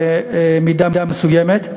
במידה מסוימת.